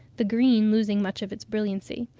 the green losing much of its brilliancy.